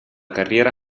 carriera